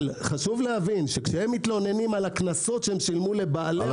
אבל כשהם מתלוננים על הקנסות שהם שילמו לבעלי האוניות,